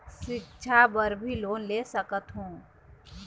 सिक्छा बर भी लोन ले सकथों?